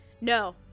No